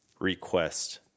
request